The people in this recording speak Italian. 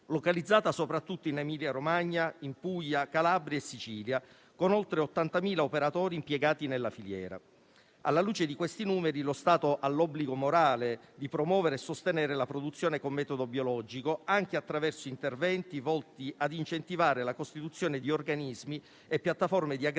localizzata soprattutto in Emilia-Romagna, Puglia, Calabria e Sicilia, con oltre 80.000 operatori impiegati nella filiera. Alla luce di questi numeri, lo Stato ha l'obbligo morale di promuovere e sostenere la produzione con metodo biologico, anche attraverso interventi volti a incentivare la costituzione di organismi e piattaforme di aggregazione